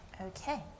Okay